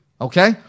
Okay